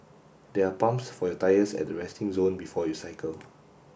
there are pumps for your tyres at the resting zone before you cycle